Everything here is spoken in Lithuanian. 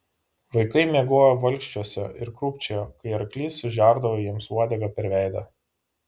vaikai miegojo valkčiuose ir krūpčiojo kai arklys sužerdavo jiems uodega per veidą